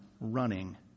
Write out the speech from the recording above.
running